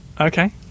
Okay